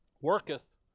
worketh